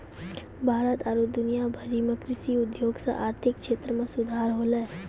भारत आरु दुनिया भरि मे कृषि उद्योग से आर्थिक क्षेत्र मे सुधार होलै